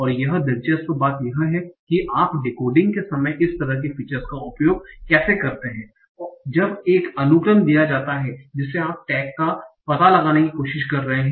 और यह दिलचस्प बात यह है कि आप डिकोडिंग के समय इस तरह की फीचर्स का उपयोग कैसे करते हैं जब एक अनुक्रम दिया जाता है जिसे आप टैग का पता लगाने की कोशिश कर रहे हैं